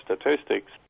statistics